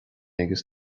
agus